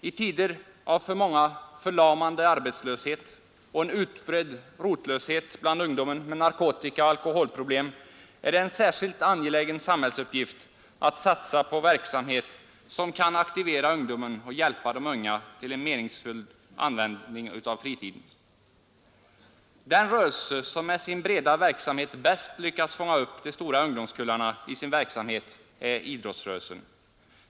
I tider av för många förlamande arbetslöshet och en utbredd rotlöshet bland ungdomen med narkotikaoch alkoholproblem är det en särskilt angelägen samhällsuppgift att satsa på verksamhet som kan aktivera ungdomen och hjälpa de unga till en meningsfull användning av fritiden. Den rörelse som med sin breda verksamhet bäst lyckats fånga upp de stora ungdomskullarna i sin verksamhet är idrottsrörelsen.